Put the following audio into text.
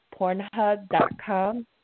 Pornhub.com